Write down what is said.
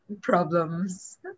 problems